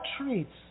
treats